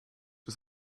was